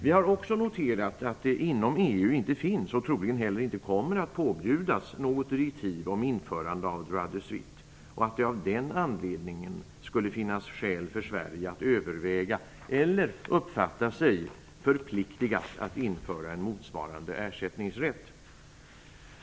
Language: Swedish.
Vi har också noterat att det inom EU inte finns - och troligen heller inte kommer att påbjudas - något direktiv om införande av droit de suite som gör att det av den anledningen skulle finnas skäl för Sverige att överväga eller uppfatta sig förpliktigat att införa en motsvarande ersättningsrätt.